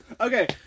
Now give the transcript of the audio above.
Okay